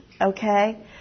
okay